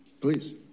please